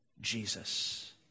Jesus